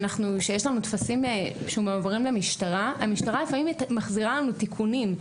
יש לנו טפסים שמועברים למשטרה והמשטרה לפעמים מחזירה לנו תיקונים.